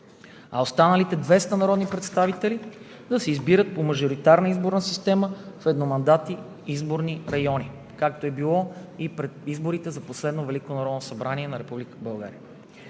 А останалите 200 народни представители да се избират по мажоритарна изборна система в едномандатни изборни райони, както е било и при изборите за последното Велико народно събрание на